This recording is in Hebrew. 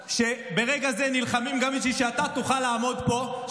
שברגע זה נלחמים גם בשביל שאתה תוכל לעמוד פה,